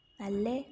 L A